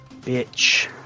bitch